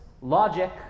logic